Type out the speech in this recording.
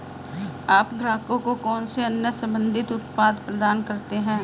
आप ग्राहकों को कौन से अन्य संबंधित उत्पाद प्रदान करते हैं?